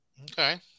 Okay